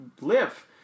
live